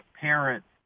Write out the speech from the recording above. parents